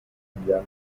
maintenant